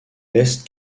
leste